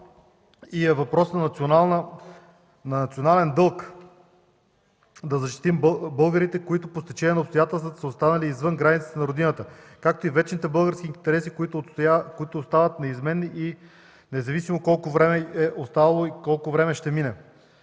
въпрос е на национален дълг да защитим българите, които по стечение на обстоятелствата са останали извън границите на родината, както и вечните български интереси, които остават неизменни, независимо колко време е оставало и колко ще мине.